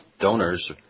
donors